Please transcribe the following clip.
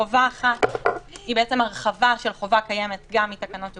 החובה הראשונה מגלמת הרחבה של חובה קיימת מתקנות תעופה,